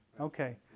Okay